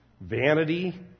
vanity